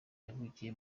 yavukiye